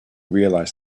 realise